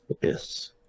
Yes